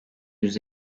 yüz